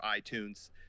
iTunes